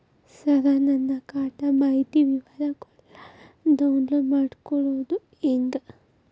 ಸರ ನನ್ನ ಖಾತಾ ಮಾಹಿತಿ ವಿವರಗೊಳ್ನ, ಡೌನ್ಲೋಡ್ ಮಾಡ್ಕೊಳೋದು ಹೆಂಗ?